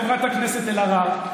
חברת הכנסת אלהרר,